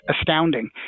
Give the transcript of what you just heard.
astounding